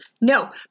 No